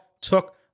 took